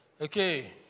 Okay